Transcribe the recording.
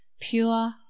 Pure